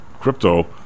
crypto